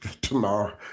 Tomorrow